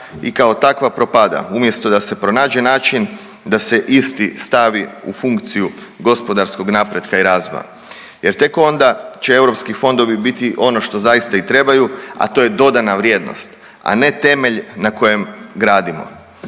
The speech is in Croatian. i kao takva propada, umjesto da se pronađe način da se isti stavi u funkciju gospodarskog napretka i razvoja jer tek onda će europski fondovi biti ono što zaista i trebaju, a to je dodana vrijednost, a ne temelj na kojem gradimo.